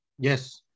Yes